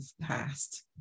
past